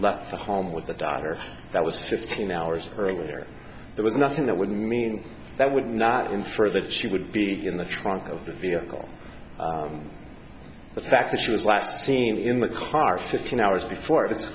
left the home with the daughter that was fifteen hours earlier there was nothing that would mean that would not infer that she would be in the trunk of the vehicle the fact that she was last seen in the car fifteen hours before it's